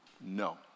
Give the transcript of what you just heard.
No